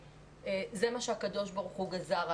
זה מה שהקדוש ברוך הוא גזר עליהם.